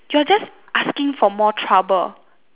you're just asking for more trouble